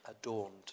adorned